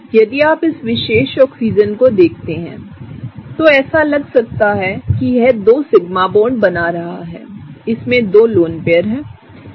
यदि आप इस विशेष ऑक्सीजन को देखते हैं तो ऐसा लग सकता है कि यह 2 सिग्मा बॉन्ड बना रहा है और इसमें 2 लोन पेयर हैं ठीक है